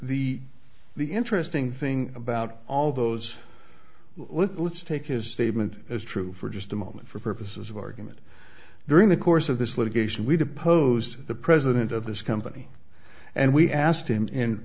the the interesting thing about all those well let's take his statement as true for just a moment for purposes of argument during the course of this litigation we deposed the president of this company and we asked him in